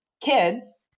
kids